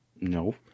No